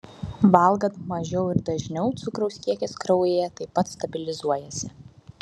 valgant mažiau ir dažniau cukraus kiekis kraujyje taip pat stabilizuojasi